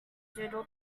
doodle